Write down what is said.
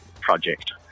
project